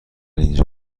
اینجا